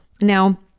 now